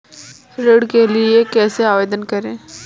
ऋण के लिए कैसे आवेदन करें?